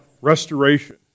restoration